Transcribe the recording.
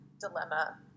dilemma